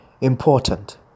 important